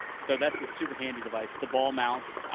so that's a super handy device. the ball mount.